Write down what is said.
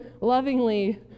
lovingly